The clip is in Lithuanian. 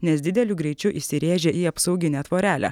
nes dideliu greičiu įsirėžė į apsauginę tvorelę